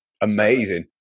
Amazing